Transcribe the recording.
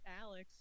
Alex